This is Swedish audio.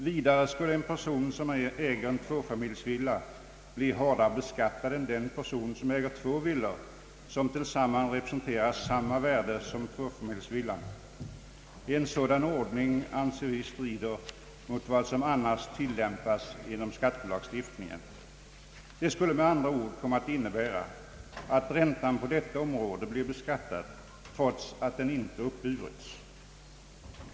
Vidare skulle en person som äger en tvåfamiljsvilla bli hårdare beskattad än den person som äger två villor, vilka tillsammans representerar samma värde som tvåfamiljsvillan. En sådan ordning strider mot vad som annars tillämpas inom skattelagstiftningen. Det skulle med andra ord komma att innebära att räntan på detta område blir beskattad, trots att den inte uppburits.